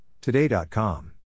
Today.com